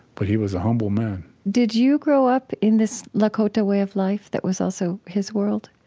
but he was a humble man did you grow up in this lakota way of life that was also his world?